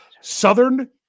southern